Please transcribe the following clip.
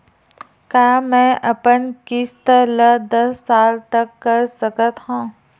का मैं अपन किस्त ला दस साल तक कर सकत हव?